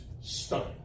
stunning